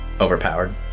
Overpowered